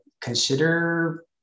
consider